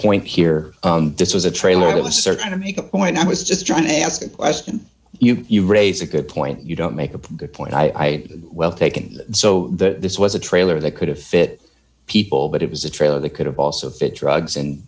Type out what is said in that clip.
point here this was a trailer it was certain to make a point i was just trying to ask a question you you raise a good point you don't make a good point i well taken so this was a trailer that could have fit people but it was a trailer that could have also fit drugs and